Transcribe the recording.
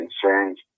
concerns